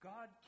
God